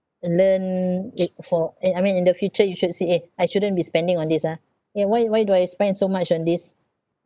learn it for eh I mean in the future you should say eh I shouldn't be spending on this ah ya why why do I spend so much on this